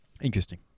Interesting